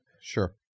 sure